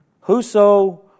Whoso